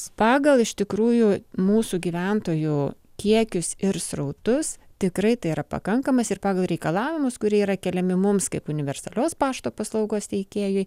pagal iš tikrųjų mūsų gyventojų kiekius ir srautus tikrai tai yra pakankamas ir pagal reikalavimus kurie yra keliami mums kaip universalios pašto paslaugos teikėjui